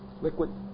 Liquid